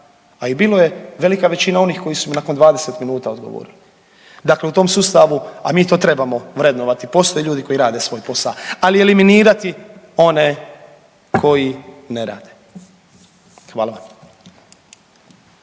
a i bilo je velika većina onih koji su mi nakon 20 minuta odgovorili, dakle u tom sustavu, a mi to trebamo vrednovati, postoje ljudi koji rade svoj posao, ali eliminirati one koji ne rade. Hvala.